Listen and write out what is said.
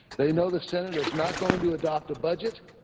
they know the senate is not going to adopt a budget.